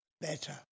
better